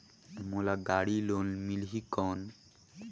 मोला गाड़ी लोन मिलही कौन?